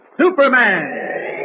Superman